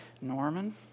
Norman